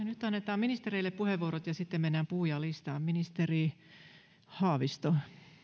nyt annetaan ministereille puheenvuorot ja sitten mennään puhujalistaan ministeri haavisto